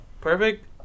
Perfect